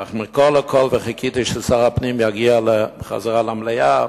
אך מכול וכול, וחיכיתי ששר הפנים יגיע חזרה למליאה